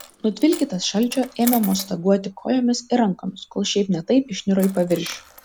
nutvilkytas šalčio ėmė mostaguoti kojomis ir rankomis kol šiaip ne taip išniro į paviršių